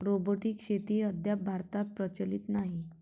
robotic शेती अद्याप भारतात प्रचलित नाही